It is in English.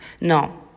no